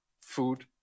food